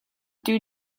due